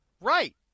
Right